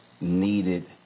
needed